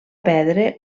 perdre